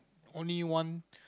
only one